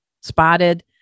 spotted